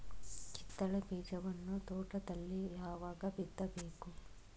ಕಿತ್ತಳೆ ಬೀಜವನ್ನು ತೋಟದಲ್ಲಿ ಯಾವಾಗ ಬಿತ್ತಬೇಕು?